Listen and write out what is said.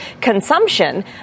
consumption